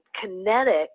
kinetic